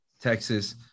Texas